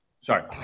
sorry